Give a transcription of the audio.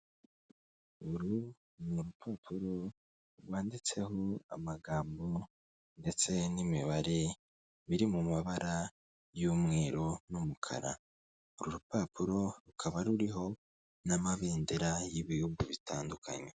Uru ni urupapuro rwanditseho amagambo ndetse n'imibare biri mu mabara y'umweru n'umukara, uru rupapuro rukaba ruriho n'amabendera y'ibihugu bitandukanye.